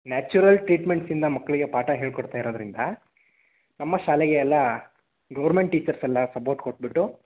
natural ಟ್ರೀಟ್ಮೆಂಟ್ಸಿಂದ ಮಕ್ಕಳಿಗೆ ಪಾಠ ಹೇಳಿಕೊಡ್ತಾಯಿರೋದ್ರಿಂದ ನಮ್ಮ ಶಾಲೆಗೆ ಎಲ್ಲ ಗೌರ್ಮೆಂಟ್ ಟೀಚರ್ಸ್ ಎಲ್ಲ ಸಪೋಟ್ ಕೊಟ್ಟುಬಿಟ್ಟು